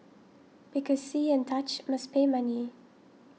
because see and touch must pay money